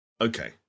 Okay